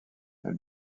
elle